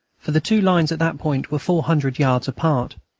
for the two lines at that point were four hundred yards apart.